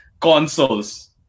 consoles